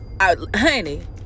honey